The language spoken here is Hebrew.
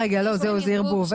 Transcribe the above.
זה ערבוב.